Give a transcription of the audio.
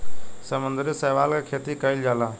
समुद्री शैवाल के खेती कईल जाला